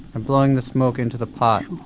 and blowing the smoke into the pot,